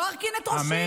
לא ארכין את ראשי, אמן.